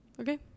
okay